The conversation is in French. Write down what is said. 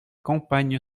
campagne